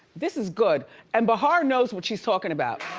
this is good and bahar knows what she's talking about.